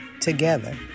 together